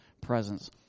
presence